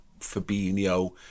Fabinho